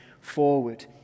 forward